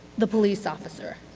the police officer.